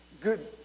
Good